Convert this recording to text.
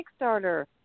Kickstarter